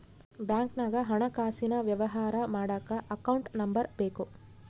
ಬ್ಯಾಂಕ್ನಾಗ ಹಣಕಾಸಿನ ವ್ಯವಹಾರ ಮಾಡಕ ಅಕೌಂಟ್ ನಂಬರ್ ಬೇಕು